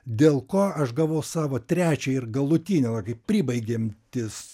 dėl ko aš gavau savo trečiąjį ir galutinį tokį pribaigiantis